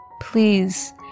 Please